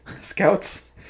scouts